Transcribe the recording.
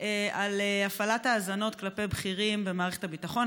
על הפעלת האזנות כלפי בכירים במערכת הביטחון,